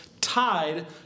tied